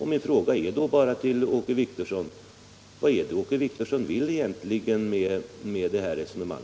Min fråga till Åke Wictorsson är då bara: Vad är det egentligen Åke Wictorsson vill med sitt resonemang?